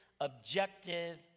objective